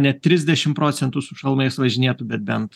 ne trisdešimt procentų su šalmais važinėtų bet bent